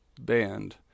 band